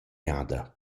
jada